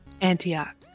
Antioch